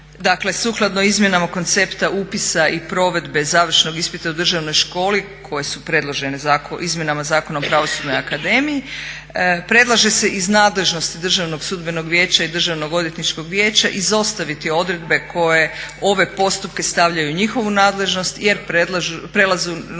Dakle, sukladno izmjenama koncepta upisa i provedbe završnog ispita u Državnoj školi koje su predložene izmjenama Zakona o Pravosudnoj akademiji predlaže se iz nadležnosti Državnog sudbenog vijeća i Državnog odvjetničkog vijeća izostaviti odredbe koje ove postupke stavljaju u njihovu nadležnost jer prelaze u